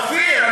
אופיר,